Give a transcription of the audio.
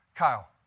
Kyle